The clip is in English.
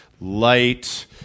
light